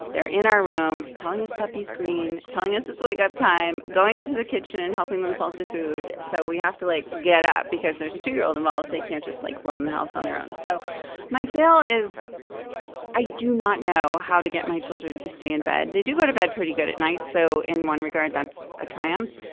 they're in our room telling us puppy screen telling us it's wake up time going into the kitchen and helping themselves to food. so we have to like get up because there's a two year old involved. they can't just like roam the house on their own. so my feel is i do not know how to get my children to stay in bed. they do go to bed pretty good at night. so in one regard that's a triumph.